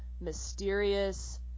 mysterious